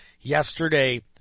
yesterday